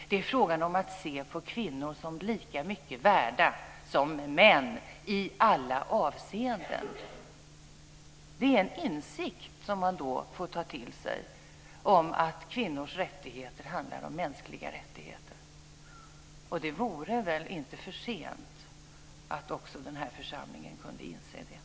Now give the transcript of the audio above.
Det är fråga om att se på kvinnor som lika mycket värda som män i alla avseenden. Det är en insikt som man får ta till sig om att kvinnors rättigheter handlar om mänskliga rättigheter. Det vore väl inte för sent att också den här församlingen kunde inse det.